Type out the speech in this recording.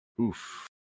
Oof